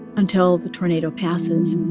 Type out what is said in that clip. until the tornado passes.